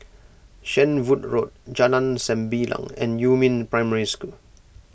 Shenvood Road Jalan Sembilang and Yumin Primary School